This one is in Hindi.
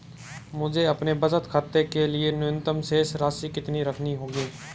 मुझे अपने बचत खाते के लिए न्यूनतम शेष राशि कितनी रखनी होगी?